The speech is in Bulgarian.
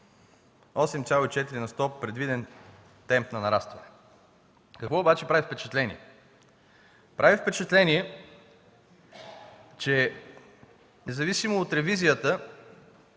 8,4 на сто предвиден темп на нарастване. Какво обаче прави впечатление? Прави впечатление, че независимо от ревизията